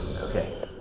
Okay